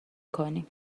کنیم